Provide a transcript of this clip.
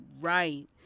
right